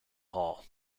hall